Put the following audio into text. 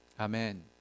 Amen